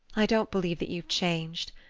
i don't believe that you've changed.